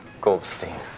Goldstein